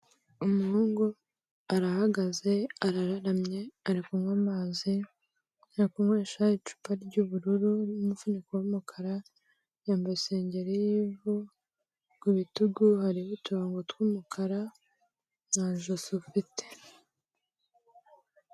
Umuhungu arahagaze, araramye, ari kunywa amazi, ajya kunywesha icupa ry'ubururu n'umufuniko w'umukara, yambaye isengeri y'ivu, kurutugu harimo uturongogo tw'umukara na josi ufite.